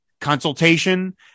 consultation